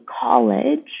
college